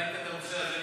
אתה העלית את הנושא הזה